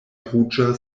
ruĝa